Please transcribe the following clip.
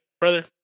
brother